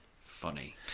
funny